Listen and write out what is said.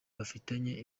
bafitanye